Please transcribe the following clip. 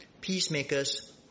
Peacemakers